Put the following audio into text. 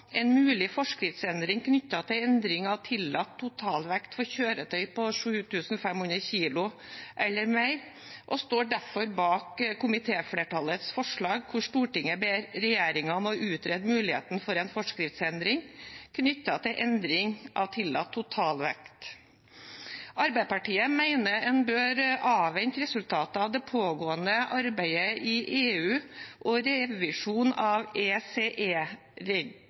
en mulig forskriftsendring knyttet til endring av tillatt totalvekt for kjøretøy på 7 500 kg eller mer. Vi står derfor bak komitéflertallets forslag, hvor Stortinget ber regjeringen om å utrede muligheten for en forskriftsendring knyttet til endring av tillatt totalvekt. Arbeiderpartiet mener en bør avvente resultatet av det pågående arbeidet i UNECE og revisjon av